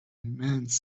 immense